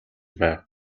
байв